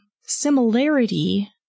similarity